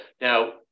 now